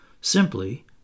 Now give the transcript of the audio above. simply